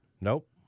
Nope